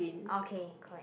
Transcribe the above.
okay correct